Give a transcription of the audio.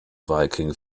viking